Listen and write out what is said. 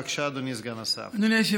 בבקשה, אדוני סגן השר.